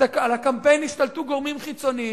על הקמפיין ישתלטו גורמים חיצוניים.